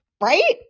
Right